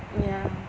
ya